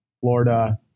Florida